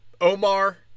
Omar